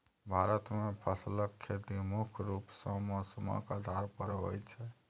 भारत मे फसलक खेती मुख्य रूप सँ मौसमक आधार पर होइ छै